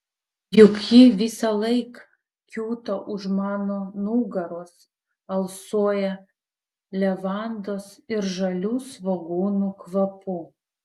juk ji visąlaik kiūto už mano nugaros alsuoja levandos ir žalių svogūnų kvapu